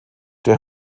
der